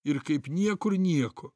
ir kaip niekur nieko